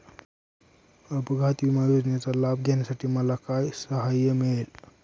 अपघात विमा योजनेचा लाभ घेण्यासाठी मला काय सहाय्य मिळेल?